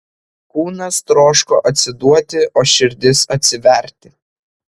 kūnas troško atsiduoti o širdis atsiverti